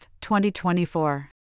2024